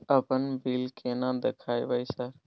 अपन बिल केना देखबय सर?